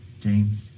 James